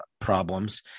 problems